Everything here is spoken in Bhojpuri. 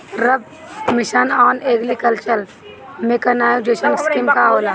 सब mission on agriculture mechanization scheme का होला?